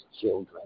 children